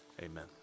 Amen